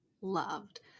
loved